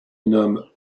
nomme